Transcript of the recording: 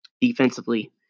defensively